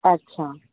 अच्छा